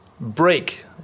break